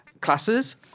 classes